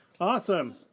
Awesome